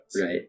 right